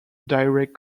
direct